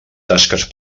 tasques